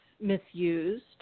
misused